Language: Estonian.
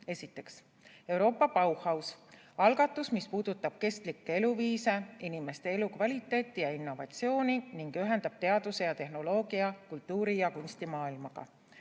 Esiteks, "Euroopa Bauhaus" – algatus, mis puudutab kestlikku eluviisi, inimeste elukvaliteeti ja innovatsiooni ning ühendab teaduse ja tehnoloogia kultuuri- ja kunstimaailmaga.